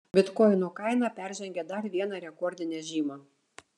bitkoino kaina peržengė dar vieną rekordinę žymą